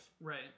Right